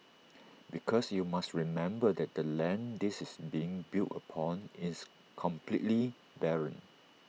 because you must remember that the land this is being built upon is completely barren